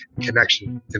connection